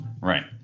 Right